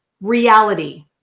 reality